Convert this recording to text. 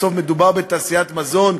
בסוף מדובר בתעשיית מזון,